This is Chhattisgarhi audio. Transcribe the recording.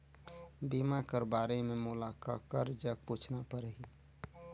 बीमा कर बारे मे मोला ककर जग पूछना परही?